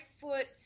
foot